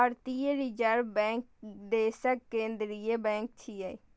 भारतीय reserve bank देशक केंद्रीय बैंक छियै